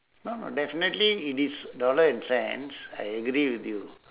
no no definitely it is dollar and cents I agree with you